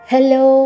Hello